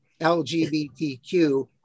LGBTQ